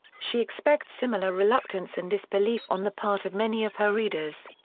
she expects similar reluctance and disbelief on the part of many of her readers.